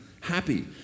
happy